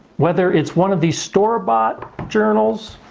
whether it's one of these store-bought journals,